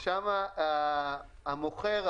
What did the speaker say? ושם המוכר,